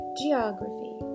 geography